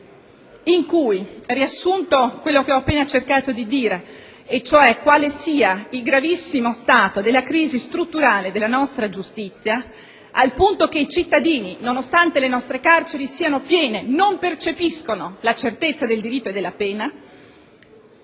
aver riassunto quanto ho appena detto, cioè quale sia il gravissimo stato della crisi strutturale della nostra giustizia, al punto che i cittadini, nonostante le nostre carceri siano piene, non percepiscono la certezza del diritto e della pena,